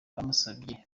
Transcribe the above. bamusabye